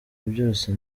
byose